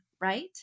right